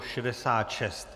66.